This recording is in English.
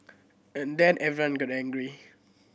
and then everyone got angry